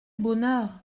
bonheur